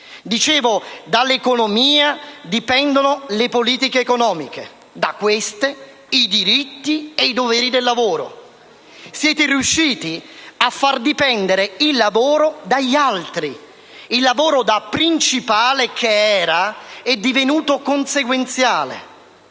vedremo anche quale) dipendono le politiche economiche; da queste, i diritti e i doveri del lavoro. Siete riusciti a far dipendere il lavoro dagli altri; il lavoro, da principale che era, è divenuto consequenziale.